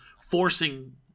forcing